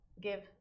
give